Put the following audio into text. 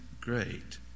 great